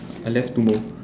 I left two more